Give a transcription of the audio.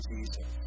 Jesus